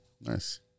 Nice